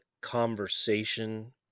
conversation